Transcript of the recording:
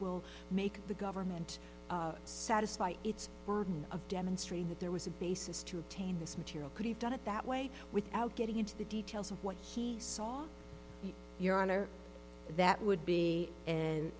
will make the government satisfy its burden of demonstrating that there was a basis to obtain this material could have done it that way without getting into the details of what he saw your honor that would be an